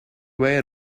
way